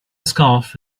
scarf